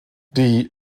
die